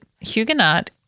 Huguenot